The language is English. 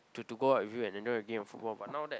to to go out with you and enjoy that game of football but now that